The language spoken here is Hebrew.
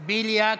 בליאק,